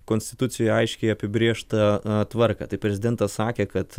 konstitucijoje aiškiai apibrėžtą tvarką tai prezidentas sakė kad